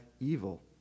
evil